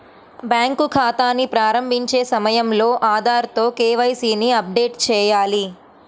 bank ఖాతాని ప్రారంభించే సమయంలో ఆధార్ తో కే.వై.సీ ని అప్డేట్ చేయాలి